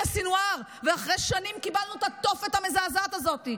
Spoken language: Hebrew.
סנוואר ואחרי שנים קיבלנו את התופת המזעזעת הזאת,